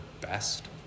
best